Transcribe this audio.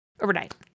overnight